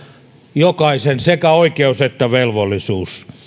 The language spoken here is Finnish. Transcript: jokaisen sekä oikeus että velvollisuus